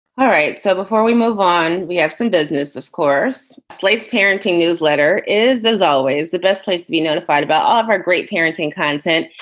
all right. so before we move on, we have some business. of course, slate's parenting newsletter is, as always, the best place to be notified about all of our great parenting content,